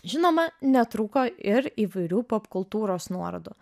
žinoma netrūko ir įvairių popkultūros nuorodų